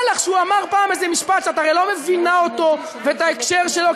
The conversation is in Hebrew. לך שהוא אמר פעם איזה משפט שאת הרי לא מבינה אותו ואת ההקשר שלו,